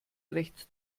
recht